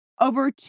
Over